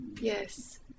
Yes